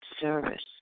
service